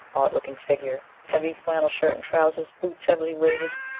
odd looking figure! heavy flannel shirt and trousers, boots heavily weighted,